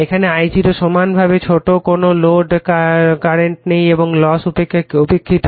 এখন I0 সমানভাবে ছোট কোনো লোড কারেন্ট নেই এবং লস উপেক্ষিত